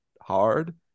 hard